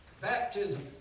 baptism